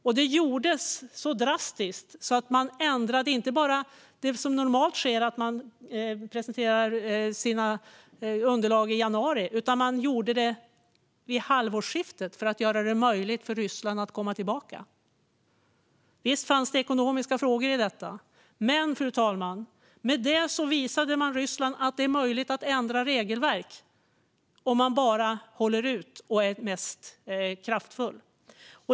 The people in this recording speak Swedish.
Ändringen gjordes drastiskt - man presenterade inte sina underlag i januari, som normalt sker, utan man gjorde det vid halvårsskiftet för att göra det möjligt för Ryssland att komma tillbaka. Visst fanns det ekonomiska frågor i detta. Men, fru talman, det visade Ryssland att det är möjligt att ändra regelverk om man bara håller ut och är mest kraftfull.